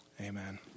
Amen